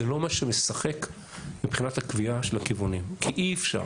זה לא מה שמשחק מבחינת הקביעה של הכיוונים כי אי אפשר,